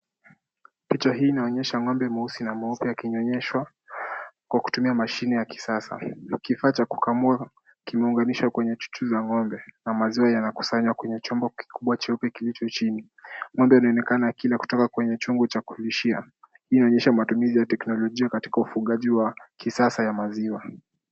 Picha hii inaonyesha ng'ombe mweusi na mweupe akinyonyeshwa kwa kutumia mashine ya kisasa na kifaa cha kukamua kimeunganishwa kwenye chuchu za ng'ombe na maziwa yanakusanywa kwenye chombo kikubwa cheupe kilicho chini. Ng'ombe anaonekana akila kutoka kwenye chungu cha kulishia. Inaonyesha matumizi ya teknolojia katika ufugaji wa kisasa ya maziwa.